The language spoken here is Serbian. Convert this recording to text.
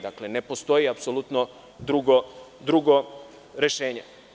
Dakle, ne postoji apsolutno drugo rešenje.